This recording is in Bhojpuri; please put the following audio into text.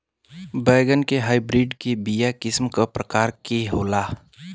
बैगन के हाइब्रिड के बीया किस्म क प्रकार के होला?